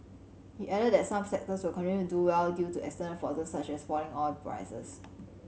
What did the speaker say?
he added that some sectors will continue to do well due to external forces such as falling oil prices